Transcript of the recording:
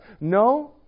No